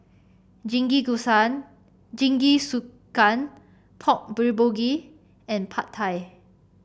Jingisukan Pork Bulgogi and Pad Thai